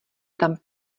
tam